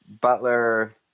Butler